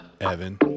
Evan